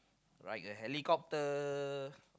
ride a helicopter